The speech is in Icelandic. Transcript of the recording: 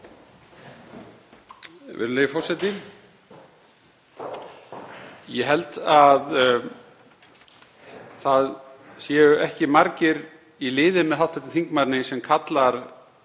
það séu ekki margir í liði með hv. þingmanni sem kallar